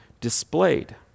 displayed